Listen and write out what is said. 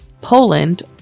Poland